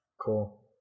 cool